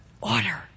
order